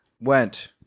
went